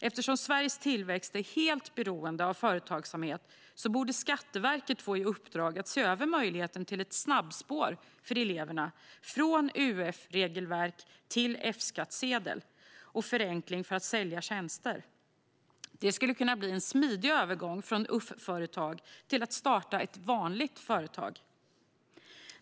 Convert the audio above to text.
Eftersom Sveriges tillväxt är helt beroende av företagsamhet borde Skatteverket få i uppdrag att se över möjligheten till ett snabbspår för eleverna från UF-regelverk till F-skattsedel och förenkling för att sälja tjänster. Det skulle kunna bli en smidig övergång från UF-företag till att starta ett vanligt företag.